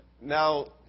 Now